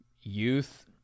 youth